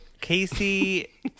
Casey